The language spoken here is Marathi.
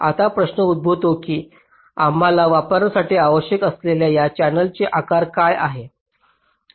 आता प्रश्न उद्भवतो की आम्हाला वापरण्यासाठी आवश्यक असलेल्या या चॅनेलचे आकार काय आहे